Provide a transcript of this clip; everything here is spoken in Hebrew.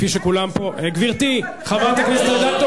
למה זה קשור לחרדים בכלל?